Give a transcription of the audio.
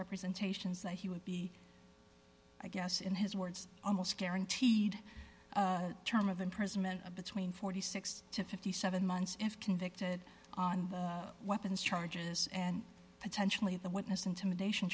representations that he would be i guess in his words almost guaranteed term of imprisonment of between forty six to fifty seven months if convicted on weapons charges and potentially the witness intimidation